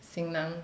senang